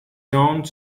john